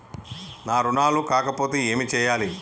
నా రుణాలు కాకపోతే ఏమి చేయాలి?